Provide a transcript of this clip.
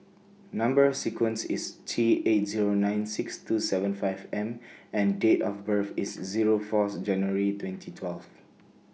Number sequence IS T eight Zero nine six two seven five M and Date of birth IS Zero Fourth January twenty twelve